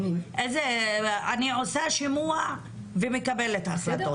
אני עושה שימוע ומקבלת החלטות.